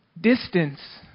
distance